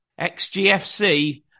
XGFC